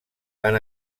han